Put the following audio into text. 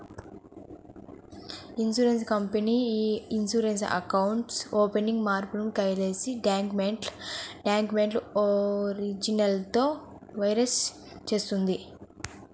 insurance company ఇ insurance account opening ఫారమ్ను KYC డాక్యుమెంట్ల ఒరిజినల్లతో వెరిఫై చేస్తుంది